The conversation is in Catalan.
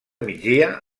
migdia